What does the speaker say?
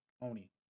Oni